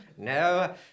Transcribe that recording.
No